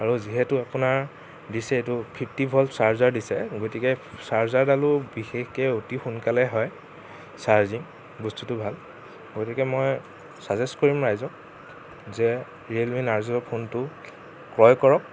আৰু যিহেতু আপোনাৰ দিছে এইটো ফিফটি ভল্ট চাৰ্জাৰ দিছে গতিকে চাৰ্জাৰডালো বিশেষকে অতি সোনকালে হয় চাৰ্জিং বস্তুটো ভাল গতিকে মই চাজেছ কৰিম ৰাইজক যে ৰিয়েল মি নাৰজ' ফোনটো ক্ৰয় কৰক